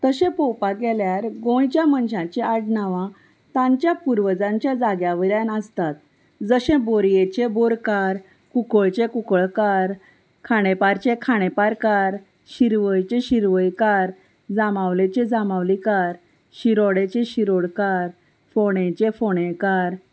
तशें पळोवपाक गेल्यार गोंयच्या मनशांची आडनांवां तांच्या पुर्वजांच्या जाग्या वयल्यान आसतात जशें बोरयेचे बोरकार कुंकळचें कुंकळकार खाडेपारचे खांडेपारकार शिरवयचे शिरवयकार जामावलेचे जामावलीकार शिरोडेचे शिरोडकार फोणेचे फोणेकार